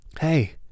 hey